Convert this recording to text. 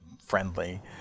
friendly